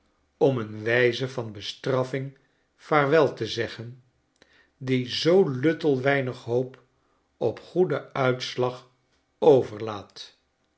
om een wijze van bestrafflng vaarwel te zeggen die zoo luttel weinig hoop op goeden uitslag overlaat